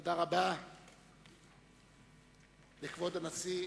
תודה רבה לכבוד הנשיא.